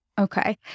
Okay